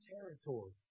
territory